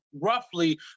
roughly